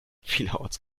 vielerorts